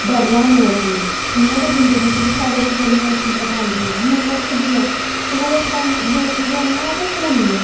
डरना निं ओह्दे कोलूं इयां गै जिन्दगी च बी साढ़े च जेह्ड़ी मसीबतां आंदियां जां कुछ बी ऐ इक टाइम जो चीज होनी ऐ ओह् ते होनी गै ऐ